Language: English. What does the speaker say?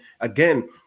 again